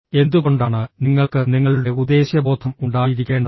എന്തുകൊണ്ടാണ് നിങ്ങൾക്ക് നിങ്ങളുടെ ഉദ്ദേശ്യബോധം ഉണ്ടായിരിക്കേണ്ടത്